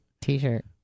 t-shirt